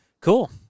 cool